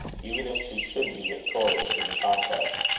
even if she should be victorious in the contest.